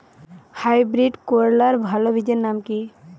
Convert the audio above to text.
Hybrid করলার ভালো বীজের নাম কি?